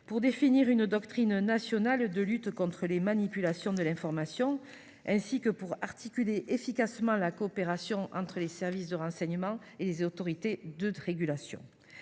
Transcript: pour définir une doctrine nationale de lutte contre les manipulations de l’information et pour articuler efficacement la coopération entre les services de renseignement et les autorités de régulation.